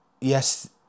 yes